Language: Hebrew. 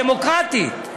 דמוקרטית.